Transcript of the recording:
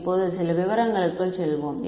இப்போது சில விவரங்களுக்குள் செல்வோம்